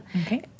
Okay